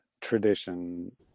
tradition